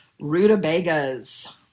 Rutabagas